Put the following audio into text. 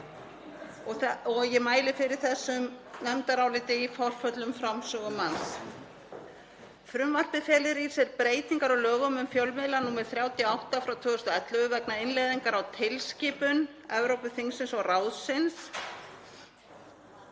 Ég mæli fyrir þessu nefndaráliti í forföllum framsögumanns. Frumvarpið felur í sér breytingar á lögum um fjölmiðla, nr. 38/2011, vegna innleiðingar á tilskipun Evrópuþingsins og ráðsins